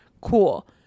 cool